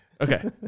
Okay